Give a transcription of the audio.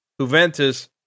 Juventus